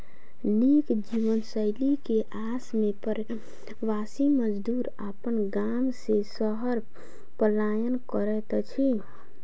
नीक जीवनशैली के आस में प्रवासी मजदूर अपन गाम से शहर पलायन करैत अछि